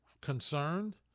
concerned